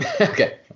Okay